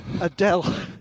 Adele